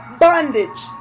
bondage